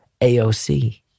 AOC